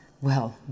well